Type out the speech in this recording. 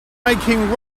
making